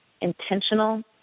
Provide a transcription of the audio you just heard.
intentional